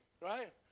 right